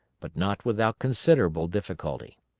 but not without considerable difficulty.